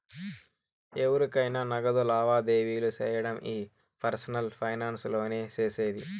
ఎవురికైనా నగదు లావాదేవీలు సేయడం ఈ పర్సనల్ ఫైనాన్స్ లోనే సేసేది